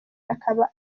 akaba